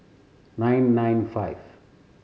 nine nine five